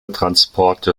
transporte